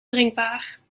drinkbaar